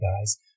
guys